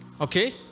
Okay